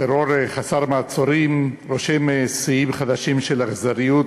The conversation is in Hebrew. טרור חסר מעצורים, רושם שיאים חדשים של אכזריות,